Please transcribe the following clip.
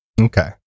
Okay